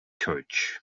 coach